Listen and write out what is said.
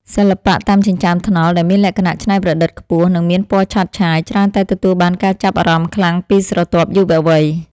សិល្បៈតាមចិញ្ចើមថ្នល់ ដែលមានលក្ខណៈច្នៃប្រឌិតខ្ពស់ និងមានពណ៌ឆើតឆាយ ច្រើនតែទទួលបានការចាប់អារម្មណ៍ខ្លាំងពីស្រទាប់យុវវ័យ។